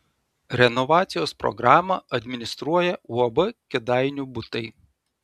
renovacijos programą administruoja uab kėdainių butai